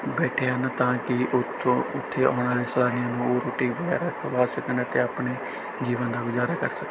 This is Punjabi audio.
ਬੈਠੇ ਹਨ ਤਾਂ ਕਿ ਉੱਥੋਂ ਉੱਥੇ ਆਉਣ ਵਾਲੇ ਸਾਰਿਆਂ ਨੂੰ ਉਹ ਰੋਟੀ ਵਗੈਰਾ ਖਵਾ ਸਕਣ ਅਤੇ ਆਪਣੇ ਜੀਵਨ ਦਾ ਗੁਜਾਰਾ ਕਰ ਸਕ